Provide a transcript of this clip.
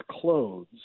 clothes